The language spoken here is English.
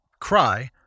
cry